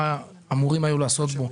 מה אמורים היו לעשות בו